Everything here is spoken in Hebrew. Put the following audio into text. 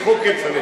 זה "חוק כצל'ה",